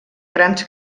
grans